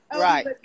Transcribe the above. Right